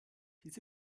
diese